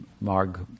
Marg